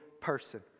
person